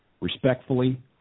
respectfully